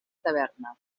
taverna